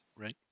right